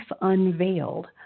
Unveiled